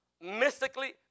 mystically